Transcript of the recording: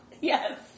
yes